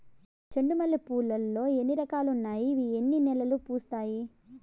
చెండు మల్లె పూలు లో ఎన్ని రకాలు ఉన్నాయి ఇవి ఎన్ని నెలలు పూస్తాయి